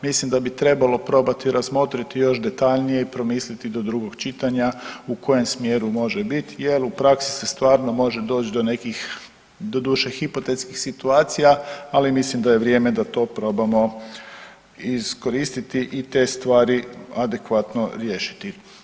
Mislim da bi trebalo probati razmotriti još detaljnije i promisliti do drugog čitanja u kojem smjeru može biti jer u praksi se stvarno može doći do nekih doduše hipotetskih situacija, ali mislim da je vrijeme da to probamo iskoristiti i te stvari adekvatno riješiti.